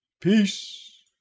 Peace